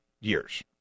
years